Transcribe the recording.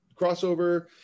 crossover